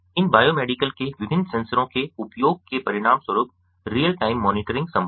इन biomedical के विभिन्न सेंसरों के उपयोग के परिणामस्वरूप रियल टाइम मॉनिटरिंग संभव है